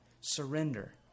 Surrender